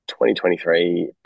2023